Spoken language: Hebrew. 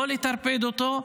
לא לטרפד אותו,